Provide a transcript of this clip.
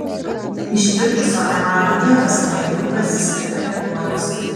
ištirpusio emalio vietose lengviau prasiskverbia ėduonis